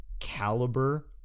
caliber